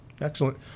Excellent